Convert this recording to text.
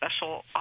special